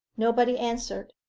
nobody answered.